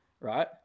right